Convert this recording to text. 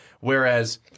Whereas